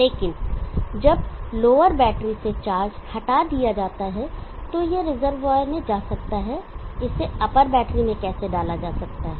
लेकिन जब lower battery से चार्ज हटा दिया जाता है तो यह रिजर्वॉयर में जा सकता है इसे अपर बैटरी में कैसे डाला जा सकता है